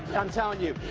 i'm telling you,